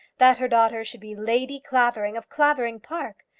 that her daughter should be lady clavering, of clavering park!